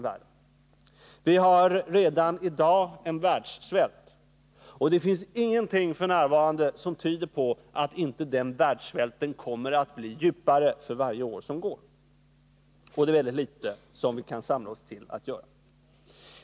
Vi har redan i dag en världssvält, och det finns ingenting f. n. som tyder på att inte den kommer att bli mer omfattande för varje år som går — och det är väldigt litet som vi kan samla oss till att göra.